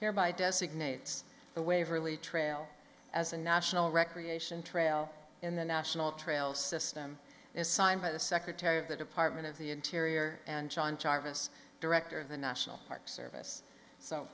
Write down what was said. here by designates the waverley trail as a national recreation trail in the national trail system is signed by the secretary of the department of the interior and john charges director of the national park service so